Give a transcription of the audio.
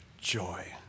joy